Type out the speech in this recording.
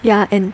ya and